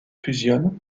fusionnent